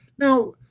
Now